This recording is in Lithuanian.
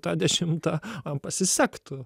tą dešimtą man pasisektų